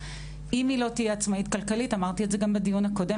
אם היא לא תהיה עצמאית כלכלית אמרתי את זה גם בדיון הקודם